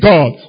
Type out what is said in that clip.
God